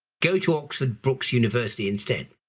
go to oxford brooks university instead,